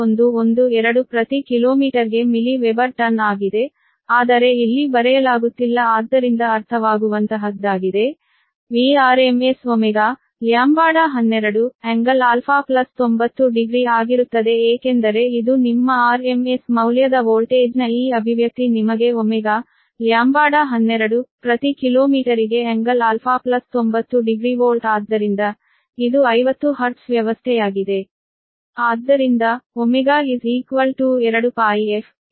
112 ಪ್ರತಿ ಕಿಲೋಮೀಟರ್ಗೆ milliweber turn ಆಗಿದೆ ಆದರೆ ಇಲ್ಲಿ ಬರೆಯಲಾಗುತ್ತಿಲ್ಲ ಆದ್ದರಿಂದ ಅರ್ಥವಾಗುವಂತಹದ್ದಾಗಿದೆ Vrms ω|λ12|∟α90 ಡಿಗ್ರಿ ಆಗಿರುತ್ತದೆ ಏಕೆಂದರೆ ಇದು ನಿಮ್ಮ RMS ಮೌಲ್ಯದ ವೋಲ್ಟೇಜ್ನ ಈ ಅಭಿವ್ಯಕ್ತಿ ನಿಮಗೆ ω |λ12| ಪ್ರತಿ ಕಿಲೋಮೀಟರಿಗೆ ∟α90 ಡಿಗ್ರಿ ವೋಲ್ಟ್ ಆದ್ದರಿಂದ ಇದು ನಾವು 50 ಹರ್ಟ್ಜ್ ವ್ಯವಸ್ಥೆಯಾಗಿದೆ